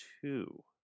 two